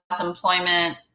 employment